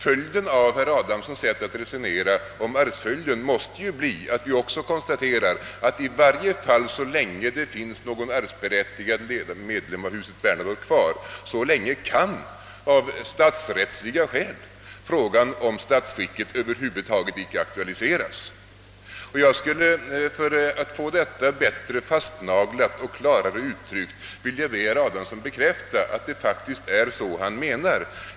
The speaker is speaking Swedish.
Följden av herr Adamssons sätt att resonera om arvsföljden måste vara att av statsrättsliga skäl frågan om statschefen över huvud taget icke kan aktualiseras så länge det finns kvar någon arvsberättigad medlem av huset Bernadotte. För att få saken bättre fastnaglad och klarare uttryckt skulle jag viljå be herr Adamsson bekräfta, att det är så han menar.